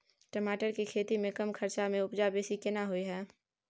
टमाटर के खेती में कम खर्च में उपजा बेसी केना होय है?